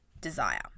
desire